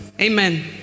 Amen